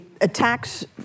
attacks